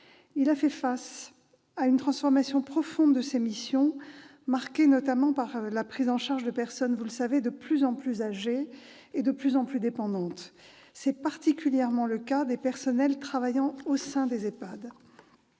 Il a fait face à une transformation profonde de ses missions, marquée notamment par la prise en charge de personnes de plus en plus âgées et de plus en plus dépendantes. C'est particulièrement le cas des personnels travaillant au sein des EHPAD.